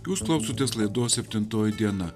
jūs klausotės laidos septintoji diena